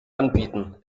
anbieten